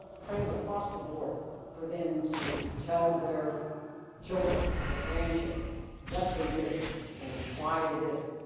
kind of across the board for them to tell their children and their grandchildren what they did and why they did it.